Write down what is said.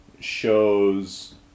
shows